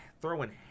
throwing